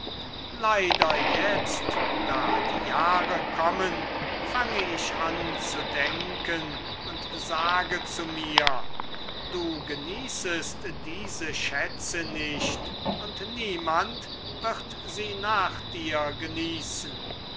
leider jetzt da die jahre kommen fange ich an zu denken und sage zu mir du genießest diese schätze nicht und niemand wird sie nach dir genießen